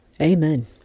Amen